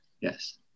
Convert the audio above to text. Yes